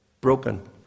broken